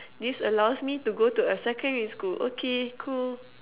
this allows me to go to a secondary school okay cool